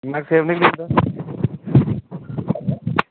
अ